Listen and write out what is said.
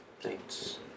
Thanks